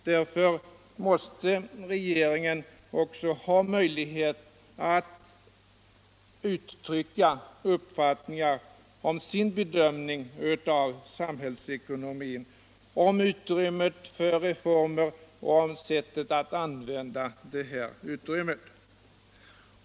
Därför måste regeringen också ha möjlighet att uttryvcka uppfattningar om samhällsekonomin, om utrymmet för reformer och om sättet att använda detta utrymme.